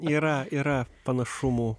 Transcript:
yra yra panašumų